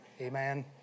Amen